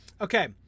okay